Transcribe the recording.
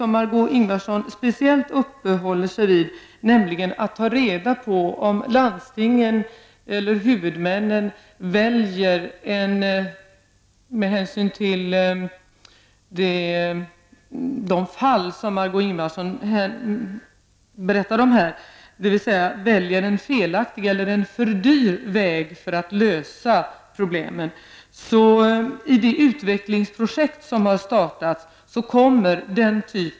Margö Ingvardsson uppehåller sig speciellt vid några exempel om hur huvudmännen väljer en kanske för dyr väg för att lösa problemen, och hon vill ha detta utvärderat. Jag vill säga att den typen av information kommer fram i de utvecklingsprojekt som har startats.